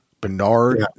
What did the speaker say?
Bernard